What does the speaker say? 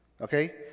Okay